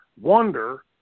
wonder